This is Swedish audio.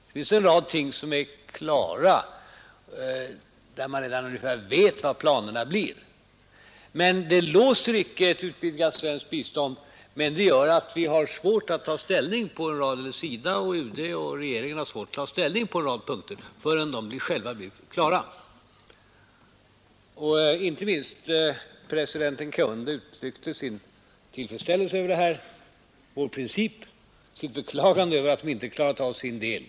Det finns en rad ting som är klara och där man redan ungefär vet vad planerna blir. Att man inte är helt färdig låser icke ett utvidgat svenskt bistånd, men det gör att SIDA, 19 UD och regeringen har svårt att ta ställning till en rad punkter ännu. President Kaunda uttryckte sin tillfredsställelse över vår princip och beklagade att de inte klarat sin del.